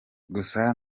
gusa